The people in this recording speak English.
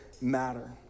matter